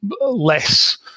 less